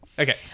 Okay